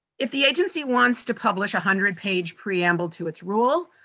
if the agency wants to publish a hundred page preamble to its rule,